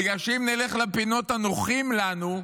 בגלל שאם נלך לפינות הנוחות לנו,